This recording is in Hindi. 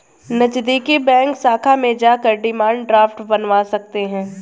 नज़दीकी बैंक शाखा में जाकर डिमांड ड्राफ्ट बनवा सकते है